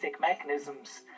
mechanisms